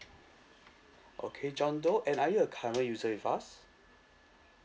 okay john doe and are you a current user with us